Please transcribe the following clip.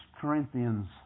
Corinthians